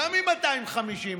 גם עם 250 איש?